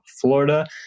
Florida